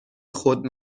خود